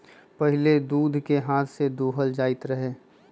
पहिले दूध के हाथ से दूहल जाइत रहै